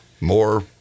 more